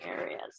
areas